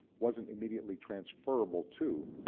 wasn't immediately transferable to,